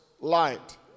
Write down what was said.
light